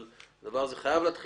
אבל הדבר הזה חייב להתגלגל.